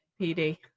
PD